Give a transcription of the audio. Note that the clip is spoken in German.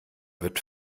wird